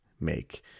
make